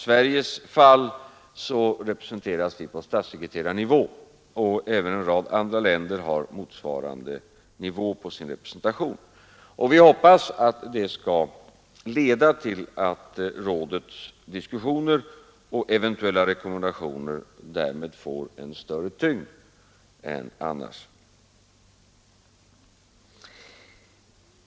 Sverige representeras på statssekreterarnivå, och en rad andra länder har motsvarande nivå på sin representation. Vi hoppas att det skall leda till att rådets diskussioner och eventuella rekommendationer därmed får en större tyngd än annars.